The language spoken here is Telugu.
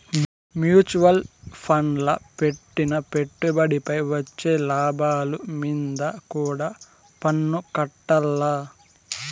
మ్యూచువల్ ఫండ్ల పెట్టిన పెట్టుబడిపై వచ్చే లాభాలు మీంద కూడా పన్నుకట్టాల్ల